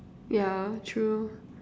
ya true